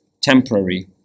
temporary